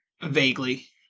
Vaguely